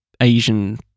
Asian